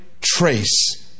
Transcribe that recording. trace